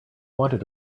wanted